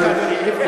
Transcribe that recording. אני מודה לך, אדוני.